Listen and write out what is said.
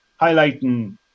highlighting